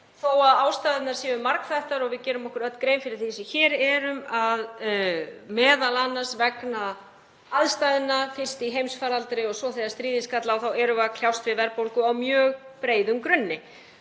fyrir. Ástæðurnar eru margþættar og við gerum okkur öll grein fyrir því sem hér erum að m.a. vegna aðstæðna, fyrst í heimsfaraldri og svo þegar stríðið skall á, erum við að kljást við verðbólgu á mjög breiðum grunni.